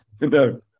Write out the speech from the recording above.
No